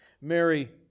Mary